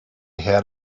had